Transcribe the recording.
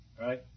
Right